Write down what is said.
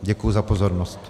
Děkuji za pozornost.